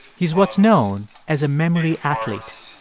he's what's known as a memory athlete.